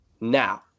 Now